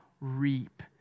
reap